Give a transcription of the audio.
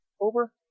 over